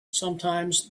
sometimes